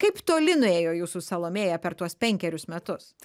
kaip toli nuėjo jūsų salomėja per tuos penkerius metus